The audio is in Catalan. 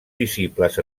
visibles